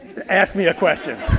ask me a question.